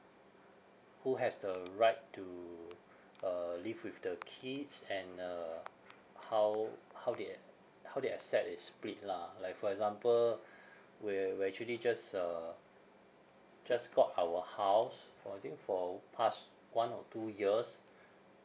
who has the right to uh live with the kids and uh how how their how their asset is split lah like for example we we actually just uh just got our house for I think for past one or two years